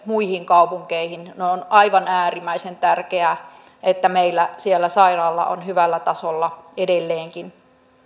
muihin kaupunkeihin niin on aivan äärimmäisen tärkeää että meillä siellä sairaala on hyvällä tasolla edelleenkin